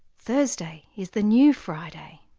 thursday is the new friday.